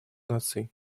наций